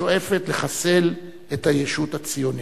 השואפת לחסל את הישות הציונית.